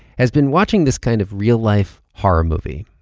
has been watching this kind of real-life horror movie,